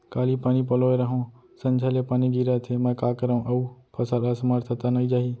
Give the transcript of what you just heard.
काली पानी पलोय रहेंव, संझा ले पानी गिरत हे, मैं का करंव अऊ फसल असमर्थ त नई जाही?